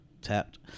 tapped